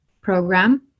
program